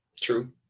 True